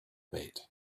bait